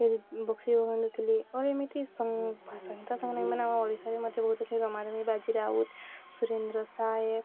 ବକ୍ସି ଜଗବନ୍ଧୁ ଥିଲେ ଆଉ ଏମିତି ସହିତ ସାଙ୍ଗ ଏମାନେ ଆମ ଓଡ଼ିଶାରେ ମଧ୍ୟ ବହୁତ ଥିଲେ ରମାଦେବୀ ବାଜି ରାଉତ ସୁରେନ୍ଦ୍ର ସାଏ